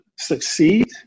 succeed